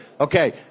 okay